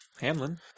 Hamlin